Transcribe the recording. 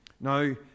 now